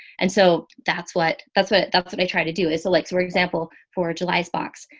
and so that's what, that's, what that's, what i try to do is so like for example, for july's box,